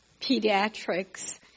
pediatrics